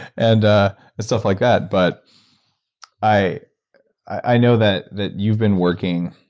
and ah and stuff like that, but i i know that that you've been working